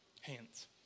hands